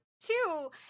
two